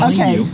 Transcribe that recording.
Okay